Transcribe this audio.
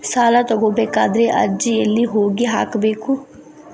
ಸಾಲ ತಗೋಬೇಕಾದ್ರೆ ಅರ್ಜಿ ಎಲ್ಲಿ ಹೋಗಿ ಹಾಕಬೇಕು?